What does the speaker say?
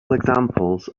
examples